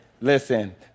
listen